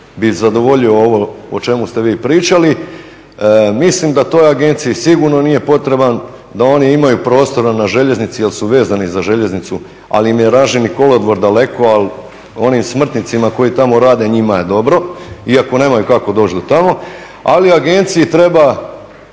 zadovoljio ovo o čemu ste vi pričali. Mislim da toj agenciji sigurno nije potreban, da oni imaju prostora na željeznici jer su vezani za željeznicu, ali … kolodvor daleko, ali onim smrtnicima koji tamo rade, njima je dobro iako nemaju kako doći do tamo, ali agenciji treba